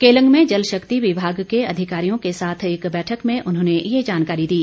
केलंग में जल शक्ति विभाग के अधिकारियों के साथ एक बैठक में उन्होंने ये जानँकारी दी